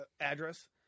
address